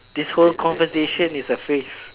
this whole conversation is a phrase